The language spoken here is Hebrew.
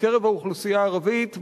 בקרב האוכלוסייה הערבית,